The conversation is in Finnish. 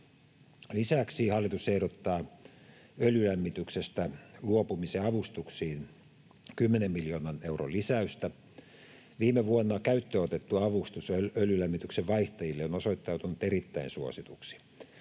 Lisäksi hallitus ehdottaa öljylämmityksestä luopumisen avustuksiin 10 miljoonan euron lisäystä. Viime vuonna käyttöön otettu avustus öljylämmityksen vaihtajille on osoittautunut erittäin suosituksi.